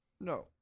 No